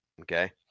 Okay